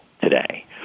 today